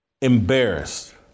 embarrassed